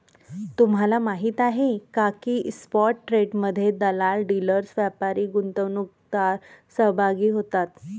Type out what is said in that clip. तुम्हाला माहीत आहे का की स्पॉट ट्रेडमध्ये दलाल, डीलर्स, व्यापारी, गुंतवणूकदार सहभागी होतात